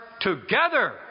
together